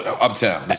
Uptown